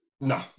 No